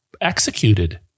executed